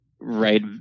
right